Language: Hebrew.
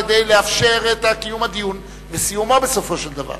כדי לאפשר את קיום הדיון וסיומו בסופו של דבר.